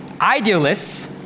idealists